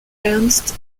ernst